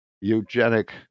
eugenic